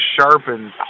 sharpened